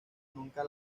nunca